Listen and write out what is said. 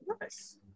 Nice